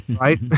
right